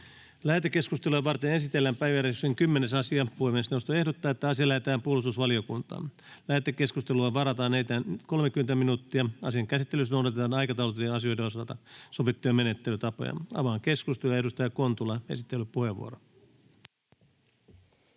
Lähetekeskustelua varten esitellään päiväjärjestyksen 16. asia. Puhemiesneuvosto ehdottaa, että asia lähetetään sivistysvaliokuntaan. Lähetekeskusteluun varataan enintään 30 minuuttia. Asian käsittelyssä noudatetaan aikataulutettujen asioiden osalta sovittuja menettelytapoja. Avaan keskustelun. Esittelypuheenvuoro,